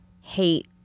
hate